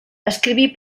escriví